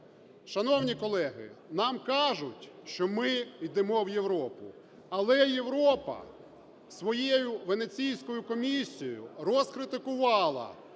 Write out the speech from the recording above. Шановні колеги, нам кажуть, що ми йдемо в Європу. Але Європа своєю Венеційською комісією розкритикувала